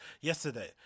yesterday